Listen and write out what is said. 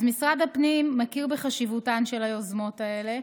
אז משרד הפנים מכיר בחשיבותן של היוזמות האלה,